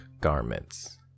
garments